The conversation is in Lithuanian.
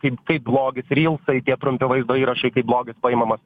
kaip kaip blogis rylsai tie trumpi vaizdo įrašai kaip blogis paimamas